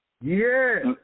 Yes